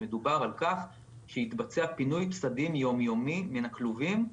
שמדובר על כך שיתבצע פינוי פסדים יום-יומי מן הכלובים,